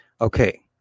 Okay